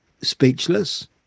speechless